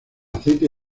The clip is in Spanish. aceite